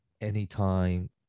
anytime